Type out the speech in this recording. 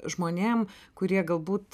žmonėm kurie galbūt